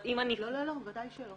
לא, בוודאי שלא.